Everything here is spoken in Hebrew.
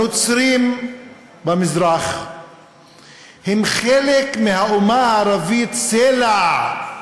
הנוצרים במזרח הם חלק מהאומה הערבית, צלע,